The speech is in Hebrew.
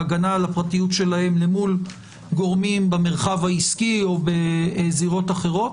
בהגנה על הפרטיות שלהם למול גורמים במרחב העסקי או בזירות אחרות,